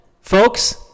folks